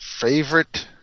Favorite